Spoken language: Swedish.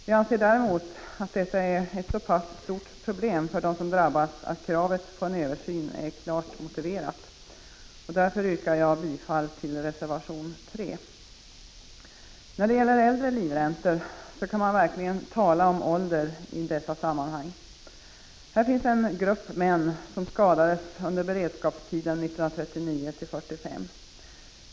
Vi anser att detta är ett så pass stort problem för dem som drabbas att kravet på en översyn är klart motiverat. Därför yrkar jag bifall till reservation 3. När det gäller äldre livräntor kan man verkligen tala om ålder. Här finns en grupp män som skadades under beredskapstiden 1939-1945.